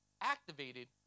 activated